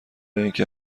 اینکه